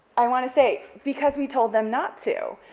i want to say, because we told them not to.